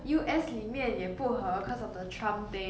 black lives black lives matter movement